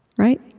right?